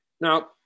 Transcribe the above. Now